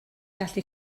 gallu